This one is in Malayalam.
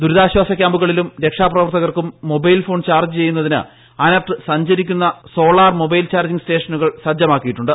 ദുരിതാശ്വാസ കൃാമ്പുകളിലും രക്ഷാപ്രവർത്തകർക്കും മൊബൈൽ ഫോൺ ചാർജ്ജ് ചെയ്യുന്നതിന് അനെർട്ട് സഞ്ചരിക്കുന്ന സോളാർ മൊബൈൽ ചാർജിംഗ് സ്റ്റേഷനുകൾ സജ്ജമാക്കിയിട്ടുണ്ട്